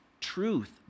truth